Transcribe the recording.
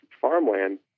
farmland